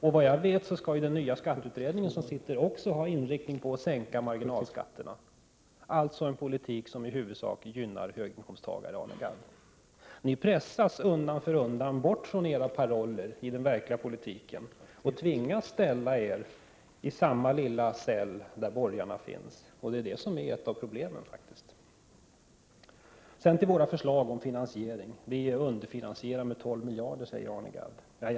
Vad jag vet skall den nya skatteutredning som sitter också ha sin inriktning på att sänka marginalskatterna — alltså en politik som i huvudsak gynnar höginkomsttagarna, Arne Gadd. Ni pressas undan för undan bort från era paroller i den verkliga politiken och tvingas ställa er i samma lilla cell som borgarna. Det är faktiskt ett av problemen. Sedan till våra förslag om finansiering. Vi underfinansierar med tolv miljarder, säger Arne Gadd.